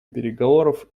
переговоров